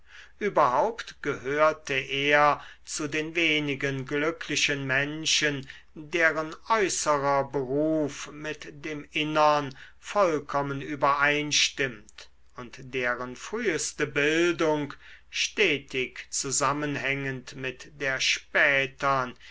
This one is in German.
überhaupt gehörte er zu den wenigen glücklichen menschen deren äußerer beruf mit dem innern vollkommen übereinstimmt und deren früheste bildung stetig zusammenhängend mit der spätern